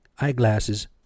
eyeglasses